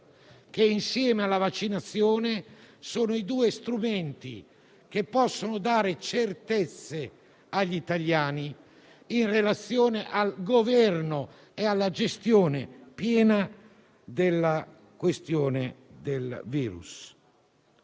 che, insieme alla vaccinazione, è lo strumento che può dare certezze agli italiani in relazione al governo e alla gestione piena della questione del virus.